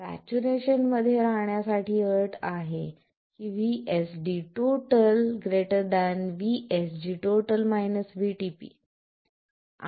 saturation मध्ये राहण्याची अट अशी आहे की VSD ≥ VSG VTP